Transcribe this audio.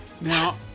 Now